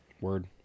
word